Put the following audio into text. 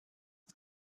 und